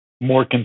more